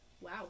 Wow